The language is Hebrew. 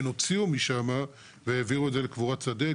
הוציאו משם והעבירו את זה לקבורת שדה,